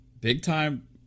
big-time